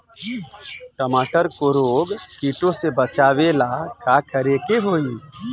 टमाटर को रोग कीटो से बचावेला का करेके होई?